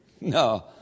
No